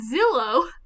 Zillow